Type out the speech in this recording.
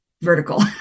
vertical